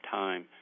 time